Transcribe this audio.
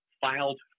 filed